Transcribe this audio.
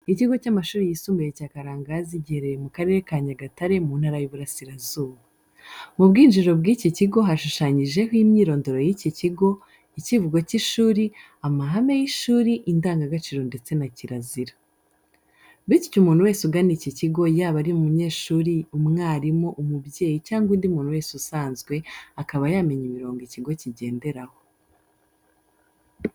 Ikigo cy'amashuri yisumbuye cya Karangazi giherereye mu Karere ka Nyagatare mu Ntara y'Uburasirazuba. Mu bwinjiriro bw'iki kigo hashushanyijeho imyirondoro y'iki kigo, ikivugo cy'ishuri, amahame y'ishuri, indangagaciro ndetse na kirazira. Bityo umuntu wese ugana iki kigo, yaba ari umunyeshuri, umwarimu, umubyeyi cyangwa undi muntu wese usanzwe akaba yamenya imirongo ikigo kigenderaho.